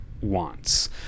wants